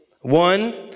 One